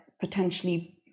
potentially